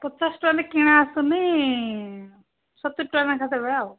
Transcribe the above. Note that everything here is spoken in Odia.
ପଚାଶ ଟଙ୍କାରେ କିଣା ଆସୁନି ସତୁରୀ ଟଙ୍କା ଲେଖା ଦେବେ ଆଉ